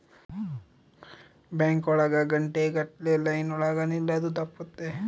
bank ಒಳಗ ಗಂಟೆ ಗಟ್ಲೆ ಲೈನ್ ಒಳಗ ನಿಲ್ಲದು ತಪ್ಪುತ್ತೆ